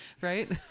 Right